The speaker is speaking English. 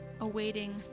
awaiting